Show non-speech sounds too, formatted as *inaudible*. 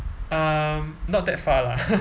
um not that far lah *laughs*